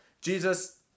Jesus